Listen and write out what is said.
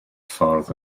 ffordd